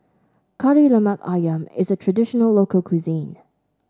Kari Lemak ayam is a traditional local cuisine